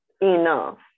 enough